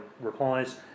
replies